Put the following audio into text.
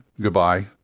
goodbye